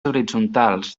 horitzontals